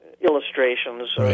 illustrations